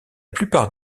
plupart